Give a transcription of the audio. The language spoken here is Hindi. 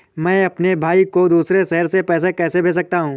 मैं अपने भाई को दूसरे शहर से पैसे कैसे भेज सकता हूँ?